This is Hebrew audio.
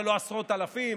זה לא עשרות אלפים,